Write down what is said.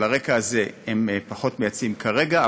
על הרקע הזה הם פחות מייצאים כרגע.